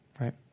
right